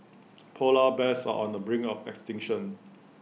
Polar Bears are on the brink of extinction